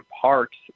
parks